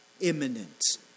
imminent